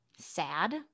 sad